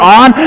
on